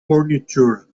furniture